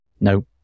No